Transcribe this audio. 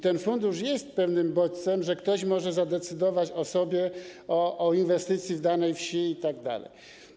Ten fundusz jest pewnym bodźcem, że ktoś może zadecydować o sobie, o inwestycji w danej wsi itd.